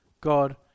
God